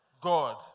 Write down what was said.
God